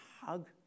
hug